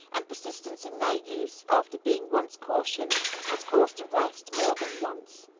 and persistence in their use after being once cautioned has caused arrest more than once.